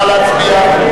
נא להצביע.